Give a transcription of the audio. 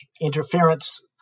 interference